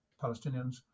Palestinians